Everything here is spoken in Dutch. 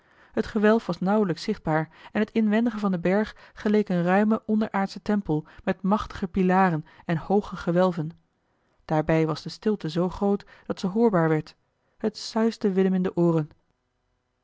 het gewelf was nauwelijks zichtbaar en het inwendige van den berg geleek een ruime onderaardsche tempel met machtige pilaren en hooge gewelven daarbij was de stilte zoo groot dat ze hoorbaar werd het suisde willem in de ooren